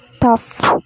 tough